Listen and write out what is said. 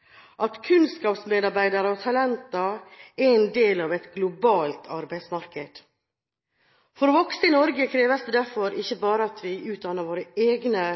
– at kunnskapsmedarbeidere og talenter er del av et globalt arbeidsmarked. For å vokse i Norge kreves det derfor ikke bare at vi utdanner våre egne